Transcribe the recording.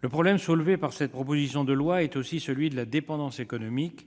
Le problème soulevé par cette proposition de loi est aussi celui de la dépendance économique.